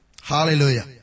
Hallelujah